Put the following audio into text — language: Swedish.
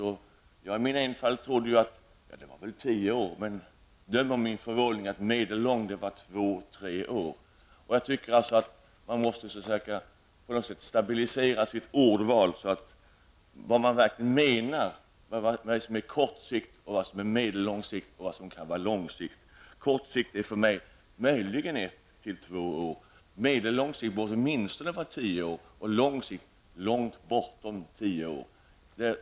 Jag trodde i min enfald att det väl var på tio år, men döm om min förvåning när jag fick höra att medellång sikt var två till tre år. Man måste försöka att stabilisera sitt ordval, så att vi verkligen vet vad man menar med kort sikt, medellång sikt och lång sikt. Kort sikt är för mig möjligen ett till två år, medellång sikt borde åtminstone vara tio år och lång sikt långt bortom tio år.